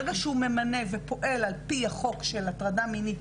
ברגע שהוא ממנה ופועל על פי החוק של הטרדה מינית,